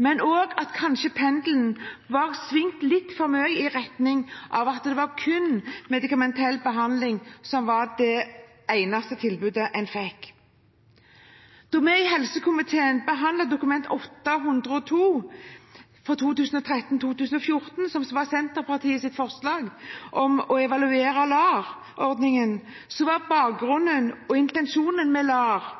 men påpekte også at pendelen kanskje hadde svingt litt for mye i retning av kun medikamentell behandling som det eneste tilbudet en fikk. Da vi i helse- og omsorgskomiteen behandlet Dokument 8:102 S for 2013–2014, som var Senterpartiets forslag om å evaluere LAR-ordningen, var bakgrunnen for og intensjonen med LAR